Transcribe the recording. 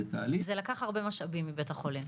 זה לקח הרבה משאבים מבית החולים.